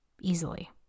easily